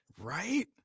Right